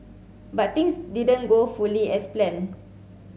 but things didn't go fully as planned